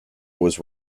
was